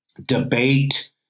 Debate